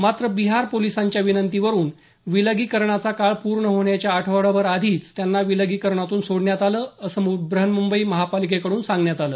मात्र बिहार पोलिसांच्या विनंतीवरून विलगीकरणाचा काळ पूर्ण होण्याच्या आठवडाभर आधीच त्यांना विलगीकरणातून सोडण्यात आलं असं ब्रहन्मुंबई महापालिकेकडून सांगण्यात आलं